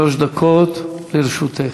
שלוש דקות לרשותך.